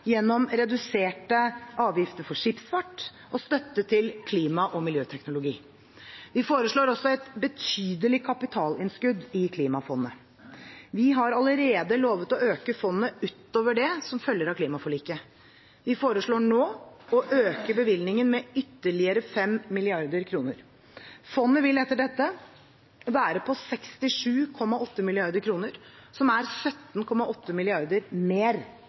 gjennom reduserte avgifter for skipsfart og støtte til klima- og miljøteknologi. Vi foreslår også et betydelig kapitalinnskudd i Klimafondet. Vi har allerede lovet å øke fondet utover det som følger av klimaforliket. Vi foreslår nå å øke bevilgningen med ytterligere 5 mrd. kr. Fondet vil etter dette være på 67,8 mrd. kr, som er 17,8 mrd. kr mer